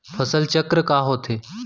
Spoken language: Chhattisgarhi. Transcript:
फसल चक्र का होथे?